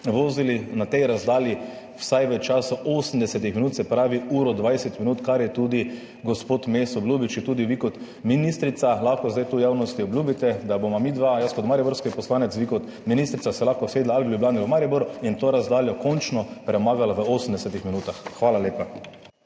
vozili na tej razdalji vsaj v času 80 minut? Se pravi uro in 20 minut, kar je tudi gospod Mes obljubil. Ali lahko tudi vi kot ministrica zdaj tu v javnosti obljubite, da se bova midva, jaz kot mariborski poslanec, vi kot ministrica, lahko usedla ali v Ljubljani ali v Mariboru [na vlak] in to razdaljo končno premagala v 80 minutah. Hvala lepa.